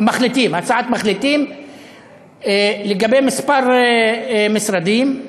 הצעת מחליטים לגבי כמה משרדים.